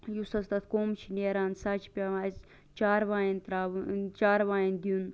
یُس حظ تتھ کُم چھُ نیران سُہ حظ چھ پیٚوان اَسہِ چارواین تراوُن چارواین دیُن